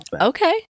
Okay